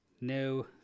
No